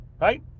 right